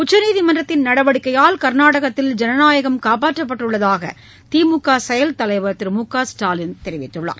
உச்சநீதிமன்றத்தின் நடவடிக்கையால் கர்நாடகத்தில் ஜனநாயகம் காப்பாற்றப்பட்டுள்ளதாக திமுக செயல் தலைவர் திரு முகஸ்டாலின் தெரிவித்துள்ளார்